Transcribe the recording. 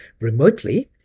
remotely